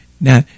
Now